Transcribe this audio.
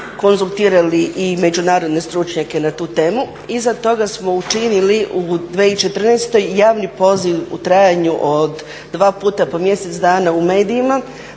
konzultirali i međunarodne stručnjake na tu temu i iza toga smo učinili u 2014. javni poziv u trajanju od dva puta po mjesec dana u medijima